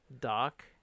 doc